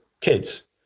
kids